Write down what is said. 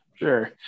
Sure